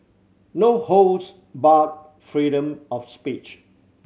no holds barred freedom of speech